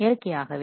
இயற்கையாகவே